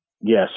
Yes